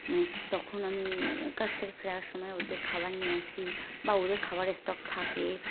মানে তখন আমি কাজ থেকে ফেরার সময় ওদের খাবার নিয়ে আসি বা ওদের খাবারের স্টক থাকে